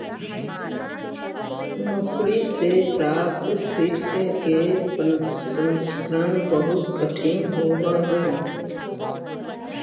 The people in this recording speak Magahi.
मकड़ि से प्राप्त सिल्क के प्रसंस्करण बहुत कठिन होवऽ हई